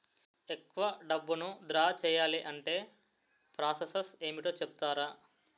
ఎక్కువ డబ్బును ద్రా చేయాలి అంటే ప్రాస సస్ ఏమిటో చెప్తారా?